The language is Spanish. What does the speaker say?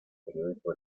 periódico